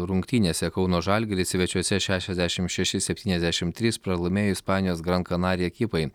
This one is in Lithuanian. rungtynėse kauno žalgiris svečiuose šešiasdešim šeši septyniasdešimt trys pralaimėjo ispanijos gran canaria ekipai